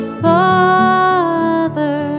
father